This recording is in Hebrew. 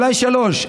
אולי שלושה,